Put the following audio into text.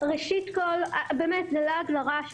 ראשית כל, זה באמת לעג לרש.